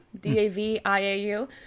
D-A-V-I-A-U